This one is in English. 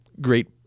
great